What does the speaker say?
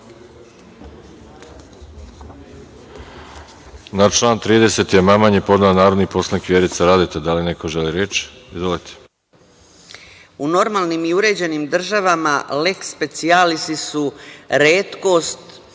U normalnim i uređenim državama leks specijalisi su retkost